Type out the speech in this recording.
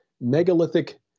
megalithic